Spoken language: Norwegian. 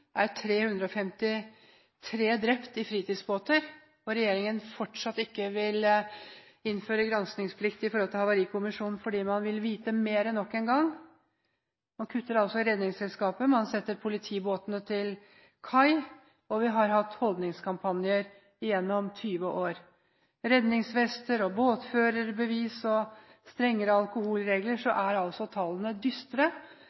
er 353 mennesker drept i fritidsbåter. Men regjeringen vil fortsatt ikke innføre granskingsplikt for Havarikommisjonen, fordi man vil vite mer nok en gang – og man kutter i Redningsselskapet og setter politibåtene til kai. Til tross for at vi har hatt holdningskampanjer gjennom 20 år når det gjelder redningsvester, båtførerbevis og strengere alkoholregler, så er tallene dystre.